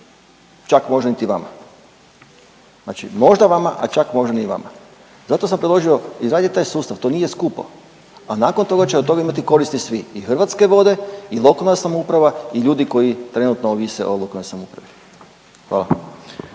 čak možda niti vama. Znači možda vama, a čak možda ni vama. Zato sam predložio, izradite taj sustav, to nije skupo, a nakon toga će od toga imati koristi svi i Hrvatske vode i lokalna samouprava i ljudi koji trenutno ovise o lokalnoj samoupravi. Hvala.